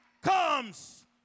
comes